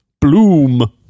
Bloom